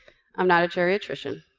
i'm not a geriatrician.